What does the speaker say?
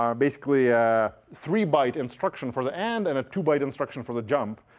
um basically a three byte instruction for the and, and a two byte instruction for the jump.